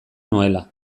nuela